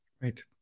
Great